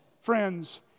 friends